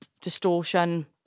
distortion